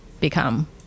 become